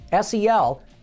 SEL